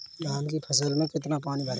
धान की फसल में कितना पानी भरें?